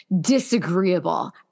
disagreeable